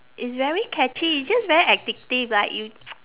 it's very catchy it's just very addictive like you